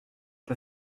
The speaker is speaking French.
peu